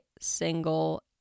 single